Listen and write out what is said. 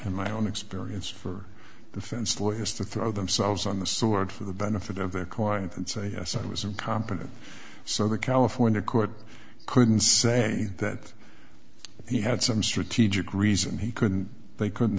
in my own experience for the fence lawyers to throw themselves on the sword for the benefit of their client and say yes i was incompetent so the california court couldn't say that he had some strategic reason he couldn't they couldn't